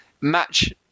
match